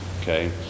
Okay